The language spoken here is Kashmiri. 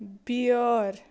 بیٛٲر